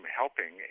helping